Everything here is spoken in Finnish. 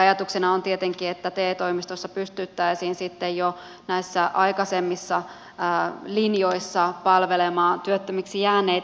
ajatuksena on tietenkin että te toimistoissa pystyttäisiin sitten jo näissä aikaisemmissa linjoissa palvelemaan työttömiksi jääneitä